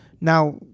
Now